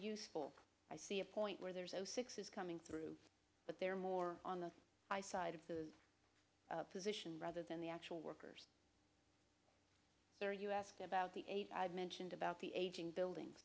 useful i see a point where there's zero six is coming through but they're more on the high side of the position rather than the actual workers there you ask about the eight i mentioned about the aging buildings